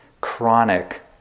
chronic